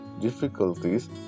difficulties